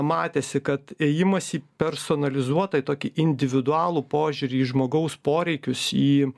matėsi kad ėjimas į personalizuotą į tokį individualų požiūrį į žmogaus poreikius į